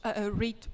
read